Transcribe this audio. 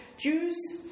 Jews